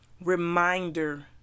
Reminder